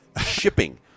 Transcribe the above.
shipping